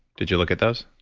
did you look at those?